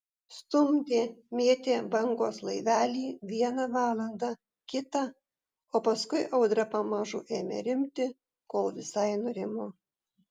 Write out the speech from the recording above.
stumdė mėtė bangos laivelį vieną valandą kitą o paskui audra pamažu ėmė rimti kol visai nurimo